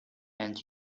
and